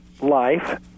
life